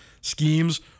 schemes